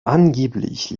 angeblich